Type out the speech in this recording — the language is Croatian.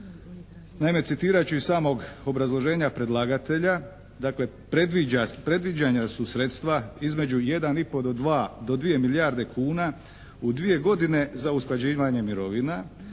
Naime, citirat ću iz samog obrazloženja predlagatelja. Dakle predviđana su sredstva između 1 i pol do 2 milijarde kuna u dvije godine za usklađivanje mirovina,